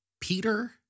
Peter